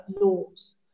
laws